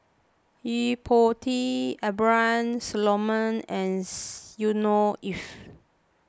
Yo Po Tee Abraham Solomon ands Yusnor Ef